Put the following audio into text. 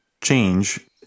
change